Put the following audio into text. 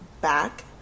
back